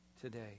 today